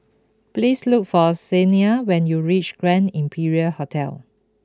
please look for Siena when you reach Grand Imperial Hotel